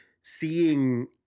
seeing